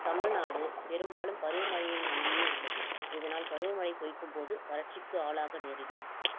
தமிழ்நாடு பெரும்பாலும் பருவ மழையை நம்பியே உள்ளது இதனால் பருவ மழை பெய்க்கும் போது வறட்சிக்கு ஆளாக நேரிடும்